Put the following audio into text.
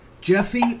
Jeffy